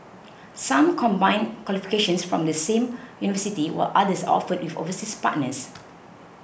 some combine qualifications from the same university while others are offered with overseas partners